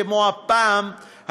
כמו הפעם,